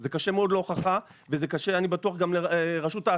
זה קשה מאוד להוכחה וזה קשה אני בטוח גם לרשות האכיפה.